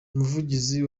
umuvugizi